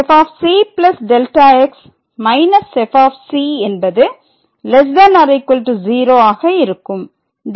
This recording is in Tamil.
fc Δx f என்பது ≤ 0 ஆக இருக்கும்